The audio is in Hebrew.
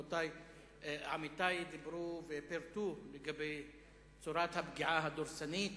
עמיתי דיברו ופירטו את צורת הפגיעה הדורסנית,